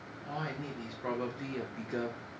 all I need is probably a bigger